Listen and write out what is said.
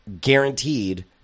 guaranteed